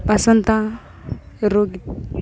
Vasantha Rohit